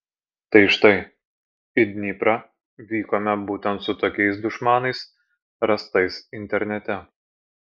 tai štai į dniprą vykome būtent su tokiais dušmanais rastais internete